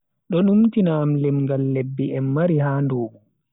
Do numtina am limngaal lebbi en mari ha nduubu.